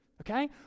okay